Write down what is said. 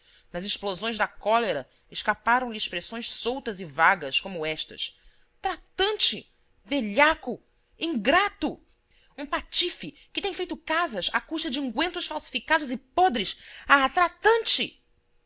nas explosões da cólera escaparam lhe expressões soltas e vagas como estas tratante velhaco ingrato um patife que tem feito casas à custa de ungüentos falsificados e podres ah tratante